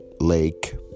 lake